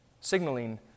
signaling